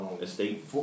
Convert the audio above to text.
estate